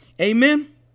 Amen